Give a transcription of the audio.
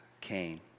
Cain